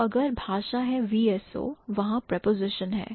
तो अगर भाषा है VSO वहां preposition है